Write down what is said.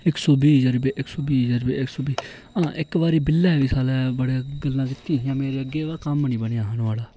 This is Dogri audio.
इक सौ बीह् जरबे इक सौ बीह् जरबे इक सौ बीह् हां इक बारी बिल्लै बी साले बड़े गल्लां कीतियां हियां मेरे अग्गें के बा कम्म निं बनेआ हा नोआढ़ा